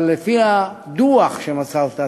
אבל לפי הדוח שמסרת,